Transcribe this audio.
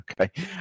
Okay